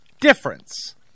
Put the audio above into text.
difference